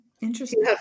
Interesting